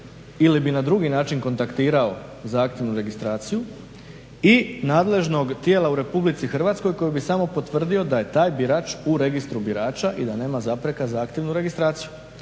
ili bi na drugi način kontaktirao zahtjevnu registraciju i nadležnog tijela u RH koje bi samo potvrdilo da je taj birač u registru birača i da nema zapreka za aktivnu registraciju.